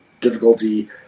difficulty